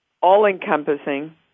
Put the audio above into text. all-encompassing